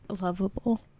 lovable